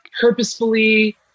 purposefully